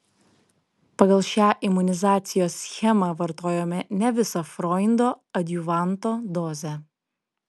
pagal šią imunizacijos schemą vartojome ne visą freundo adjuvanto dozę